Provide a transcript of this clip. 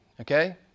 Okay